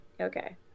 Okay